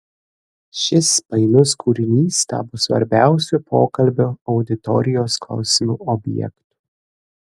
šis painus kūrinys tapo svarbiausiu pokalbio auditorijos klausimų objektu